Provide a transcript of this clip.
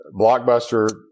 Blockbuster